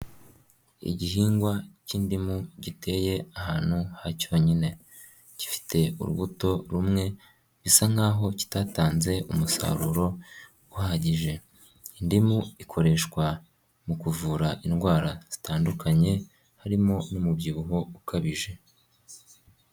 Igihingwa cy'indimu giteye ahantu ha cyonyine, gifite urubuto rumwe, bisa nk'aho kitatanze umusaruro uhagije, indimu ikoreshwa mu kuvura indwara zitandukanye, harimo n'umubyibuho ukabije.